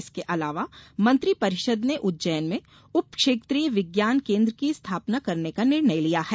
इसके अलावा मंत्रि परिषद ने उज्जैन में उप क्षेत्रीय विज्ञान केन्द्र की स्थापना करने का निर्णय लिया है